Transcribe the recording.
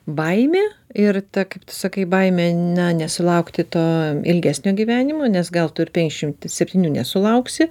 baimė ir ta kaip tu sakai baimė na nesulaukti to ilgesnio gyvenimo nes gal tu ir penkiasdešimt septynių nesulauksi